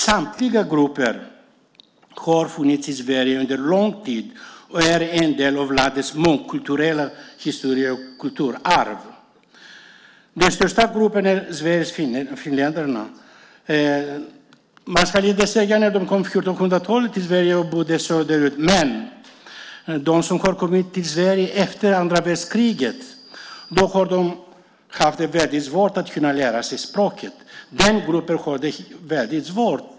Samtliga grupper har funnits i Sverige under lång tid och är en del av landets mångkulturella historia och kulturarv. Den största gruppen är sverigefinnarna. De kom till Sverige på 1400-talet och bodde söderut. Men de som kom till Sverige efter andra världskriget har haft väldigt svårt att lära sig språket, och den gruppen har det väldigt svårt.